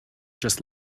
just